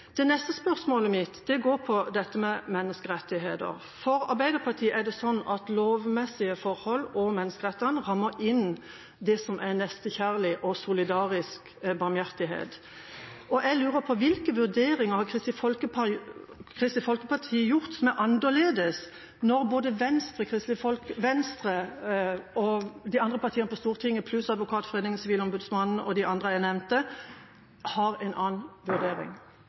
Det neste spørsmålet mitt går på menneskerettigheter. For Arbeiderpartiet er det sånn at lovmessige forhold om menneskerettighetene rammer inn det som er nestekjærlig og solidarisk barmhjertighet. Jeg lurer på: Hvilke vurderinger har Kristelig Folkeparti gjort som er annerledes, når både Venstre og andre partier på Stortinget pluss Advokatforeningen, Sivilombudsmannen og de andre jeg nevnte, har en annen